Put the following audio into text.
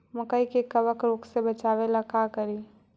मकई के कबक रोग से बचाबे ला का करि?